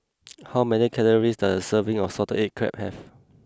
how many calories does a serving of Salted Egg Crab have